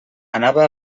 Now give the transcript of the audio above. anava